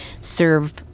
serve